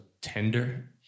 tender